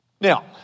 Now